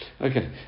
Okay